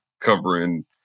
covering